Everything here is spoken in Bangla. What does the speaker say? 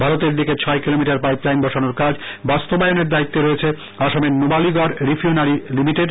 ভারতের দিকে ছয় কিলোমিটার পাইপ লাইন বসানোর কাজ বাস্তবায়নের দায়িত্বে রয়েছে আসামের নুমালগড় রিফিনারী লিমিটেড